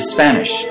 Spanish